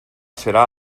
serà